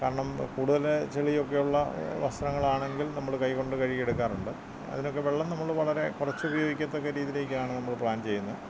കാരണം കൂടുതൽ ചെളിയൊക്കെ ഉള്ള വസ്ത്രങ്ങളാണെങ്കില് നമ്മൾ കൈ കൊണ്ട് കഴുകി എടുക്കാറുണ്ട് അതിനൊക്കെ വെള്ളം നമ്മൾ വളരെ കുറച്ച് ഉപയോഗിക്കത്തക്ക രീതീലേക്കാണ് നമ്മൾ പ്ലാന് ചെയ്യുന്നത്